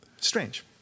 Strange